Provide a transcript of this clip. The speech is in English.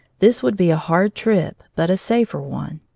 this would be a hard trip but a safer one.